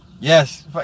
Yes